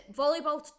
volleyball